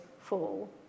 fall